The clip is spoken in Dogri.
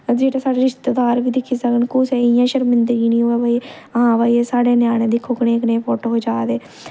जेह्ड़े साढ़े रिश्तेदार बी दिक्खी सकन कुसै इ'यां शर्मिंदगी गी नी होऐ भाई हां भाई एह् साढ़े ञ्यानें दिक्खो कनेह् कनेह् फोटो खचा दे